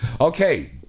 Okay